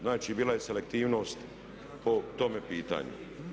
Znači, bila je selektivnost po tome pitanju.